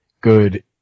good